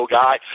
guy